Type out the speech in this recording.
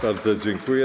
Bardzo dziękuję.